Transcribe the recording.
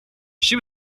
she